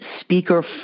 speaker